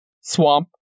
Swamp